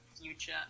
future